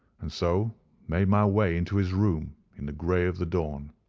and so made my way into his room in the grey of the dawn.